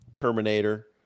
Terminator